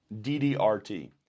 DDRT